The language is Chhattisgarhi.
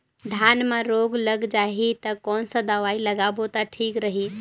धान म रोग लग जाही ता कोन सा दवाई लगाबो ता ठीक रही?